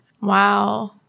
Wow